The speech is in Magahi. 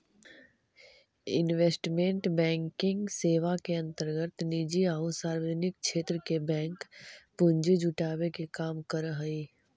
इन्वेस्टमेंट बैंकिंग सेवा के अंतर्गत निजी आउ सार्वजनिक क्षेत्र के बैंक पूंजी जुटावे के काम करऽ हइ